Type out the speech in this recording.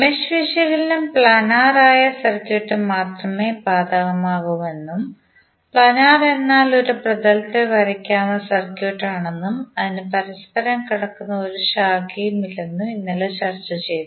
mesh വിശകലനം planar ആയ സർക്യൂട്ടിന് മാത്രമേ ബാധകമാകൂ എന്നും പ്ലാനാർ എന്നാൽ ഒരു പ്രതലത്തിൽ വരയ്ക്കാവുന്ന സർക്യൂട്ട് ആണെന്നും അതിന് പരസ്പരം കടക്കുന്ന ഒരു ശാഖയും ഇല്ലെന്നും ഇന്നലെ ചർച്ച ചെയ്തു